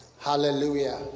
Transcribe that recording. Hallelujah